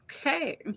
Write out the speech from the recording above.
Okay